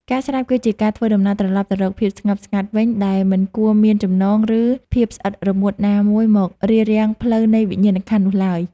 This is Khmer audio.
ការស្លាប់ គឺជាការធ្វើដំណើរត្រឡប់ទៅរកភាពស្ងប់ស្ងាត់វិញដែលមិនគួរមានចំណង ឬភាពស្អិតរមួតណាមួយមករារាំងផ្លូវនៃវិញ្ញាណក្ខន្ធនោះឡើយ។